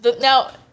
Now